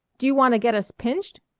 do you want to get us pinched?